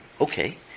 okay